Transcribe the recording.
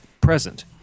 present